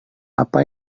apa